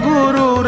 Guru